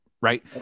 right